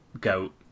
goat